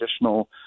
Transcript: additional